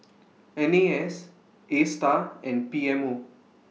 N A S ASTAR and P M O